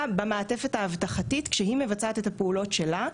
במעטפת האבטחתית כשהיא מבצעת את הפעולות שלה,